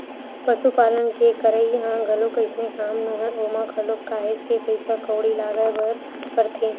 पसुपालन के करई ह घलोक अइसने काम नोहय ओमा घलोक काहेच के पइसा कउड़ी लगाय बर परथे